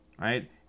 Right